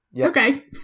Okay